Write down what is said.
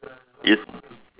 is